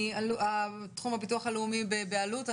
מתחום הביטוח הלאומי באלו"ט?